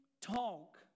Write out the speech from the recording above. talk